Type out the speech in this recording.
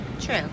True